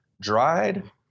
dried